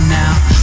now